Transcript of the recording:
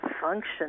function